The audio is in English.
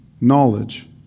knowledge